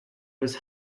was